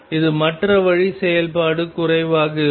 இது மற்ற வழி செயல்பாடு குறைவாக இருக்கும்